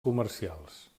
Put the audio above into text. comercials